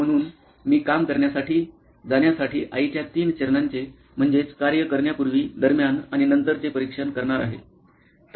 म्हणून मी काम करण्यासाठी जाण्यासाठी आईच्या तीन चरणांचे म्हणजेच कार्य करण्यापूर्वी दरम्यान आणि नंतर चे परीक्षण करणार आहे